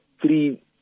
three